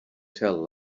tell